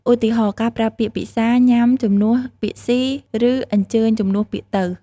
ឧទាហរណ៍ ការប្រើពាក្យ ពិសា ញ៉ាំ ជំនួស ពាក្យស៊ី ឬ អញ្ជើញ ជំនួស ពាក្យទៅ។